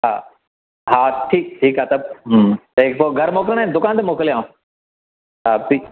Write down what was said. हा हा ठीकु ठीकु आहे त ही पोइ घरु मोकिलिणा आहिनि दुकान ते मोकिलियांव हा ठीकु